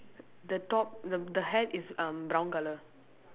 the top the the hat is um brown colour